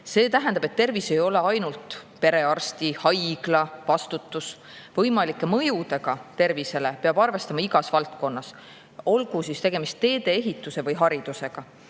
See tähendab, et tervis ei ole ainult perearsti ja haigla vastutus. Võimalike mõjudega tervisele peab arvestama igas valdkonnas, olgu tegemist näiteks teedeehituse või haridusega.